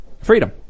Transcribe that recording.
Freedom